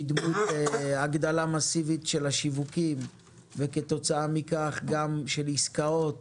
בדמות הגדלה מסיבית של השיווקים וכתוצאה מכך גם של עסקאות